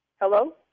Hello